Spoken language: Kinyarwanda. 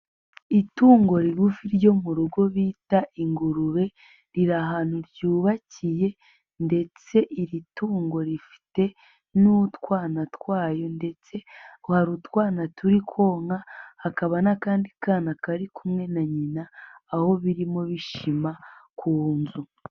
Itungo rigufi ryo mu rugo bita ingurube riri ahantu ryubakiye ndetse iri tungo rifite n'utwana twayo ndetse hari utwana duri konka, hakaba n'akandi kana kari kumwe na nyina, aho birimo bishima ku nzu.